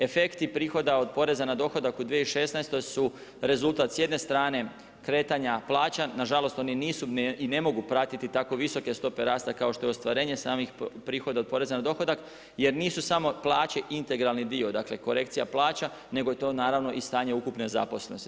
Efekti prihoda od poreza na dohodak u 2016. su rezultat s jedne strane kretanja plaća, nažalost oni nisu i ne mogu pratiti tako visoke stope rasta kao što je ostvarenje samih prihoda od poreza na dohodak jer nisu samo plaće integralni dio, dakle korekcija plaća nego je to naravno i stanje ukupne zaposlenosti.